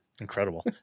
incredible